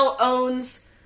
owns